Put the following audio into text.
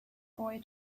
boy